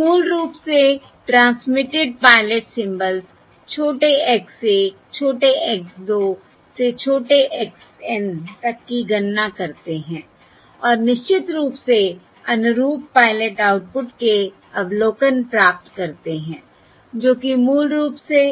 जो मूल रूप से ट्रांसमिटेड पायलट सिम्बल्स छोटे x 1 छोटे x 2 से छोटे x N तक की गणना करते हैं और निश्चित रूप से अनुरूप पायलट आउटपुट के अवलोकन प्राप्त करते हैं जो कि मूल रूप से